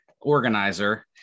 organizer